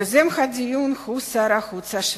יוזם הדיון הוא שר החוץ השבדי,